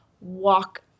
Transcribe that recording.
walk